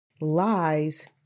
lies